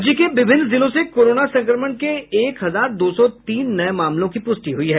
राज्य के विभिन्न जिलों से कोरोना संक्रमण के एक हजार दो सौ तीन नये मामलों की पुष्टि हुई है